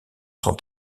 sont